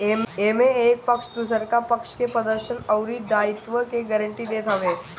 एमे एक पक्ष दुसरका पक्ष के प्रदर्शन अउरी दायित्व के गारंटी देत हवे